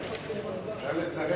איך מתחילים כך הצבעה?